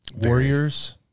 Warriors